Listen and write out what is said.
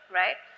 right